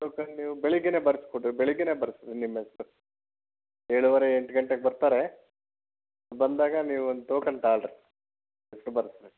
token ನೀವು ಬೆಳಿಗ್ಗೆ ಬರ್ದು ಕೊಡಿರಿ ಬೆಳಿಗ್ಗೆ ಬರೆಸ್ರಿ ನಿಮ್ಮ ಹೆಸ್ರು ಏಳುವರೆ ಎಂಟು ಗಂಟೆಗೆ ಬರ್ತಾರೆ ಬಂದಾಗ ನೀವು ಒನ್ ಟೋಕನ್ ತಗಳ್ಳಿ ರೀ ಹೆಸ್ರು ಬರೆಸ್ರಿ